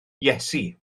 iesu